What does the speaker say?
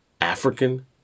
African